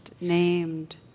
named